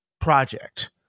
project